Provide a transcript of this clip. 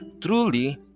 Truly